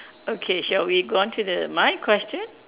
okay shall we go on to the my question